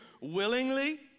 willingly